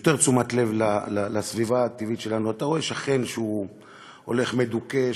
יותר תשומת לב לסביבה הטבעית שלנו אתה רואה שכן שהולך מדוכא,